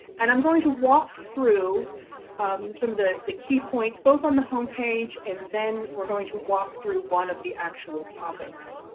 and i'm going to walk through some of the the key points. both on the home page and then we're going to walk through one of the actual topics.